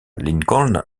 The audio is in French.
lincoln